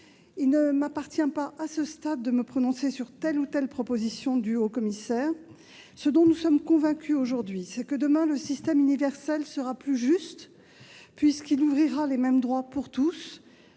Il ne m'appartient pas, à ce stade, de me prononcer sur telle ou telle proposition du haut-commissaire. Ce dont nous sommes convaincus aujourd'hui, c'est que, demain, le système universel sera plus juste, puisqu'il ouvrira les mêmes droits pour tous.